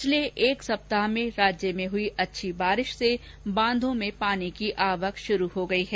पिछले एक सप्ताह में राज्य में हुई अच्छी बारिश से बांधों में पानी की आवक शुरु हो गयी है